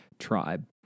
tribe